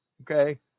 Okay